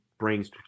brings